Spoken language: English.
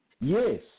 Yes